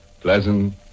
Pleasant